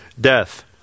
death